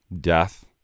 death